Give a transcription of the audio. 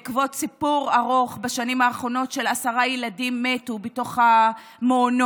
בעקבות סיפור ארוך בשנים האחרונות של עשרה ילדים שמתו בתוך המעונות,